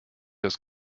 das